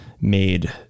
made